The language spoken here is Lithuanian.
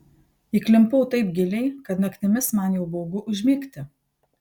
įklimpau taip giliai kad naktimis man jau baugu užmigti